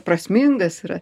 prasmingas yra